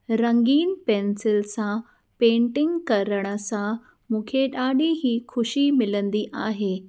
रंगीन पेंसिल सां पेंटिंग करण सां मूंखे ॾाढी ई ख़ुशी मिलंदी आहे